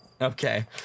Okay